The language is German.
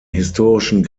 historischen